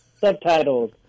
subtitles